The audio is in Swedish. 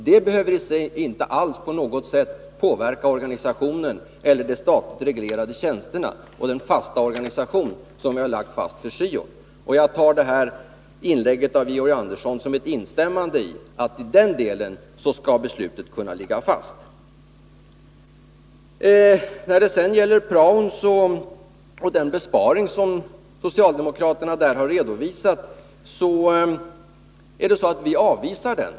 Det behöver inte på något sätt påverka organisationen, de statligt reglerade tjänsterna och den organisation som vi har lagt fast för syo. Jag tar inlägget från Georg Andersson som ett instämmande i att beslutet i den delen skall ligga fast. Den besparing som socialdemokraterna har redovisat för prao avvisar vi.